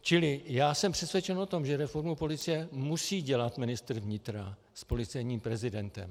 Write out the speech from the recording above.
Čili já jsem přesvědčen o tom, že reformu policie musí dělat ministr vnitra s policejním prezidentem.